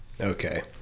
okay